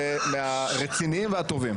ומהרציניים והטובים.